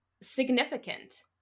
significant